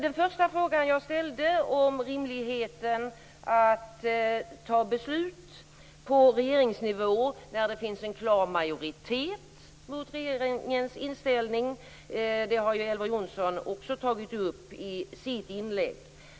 Den första frågan jag ställde om rimligheten att fatta beslut på regeringsnivå när det finns en klar majoritet mot regerings inställning har också Elver Jonsson tagit upp i sitt inlägg.